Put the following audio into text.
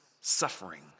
suffering